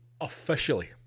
officially